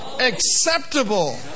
acceptable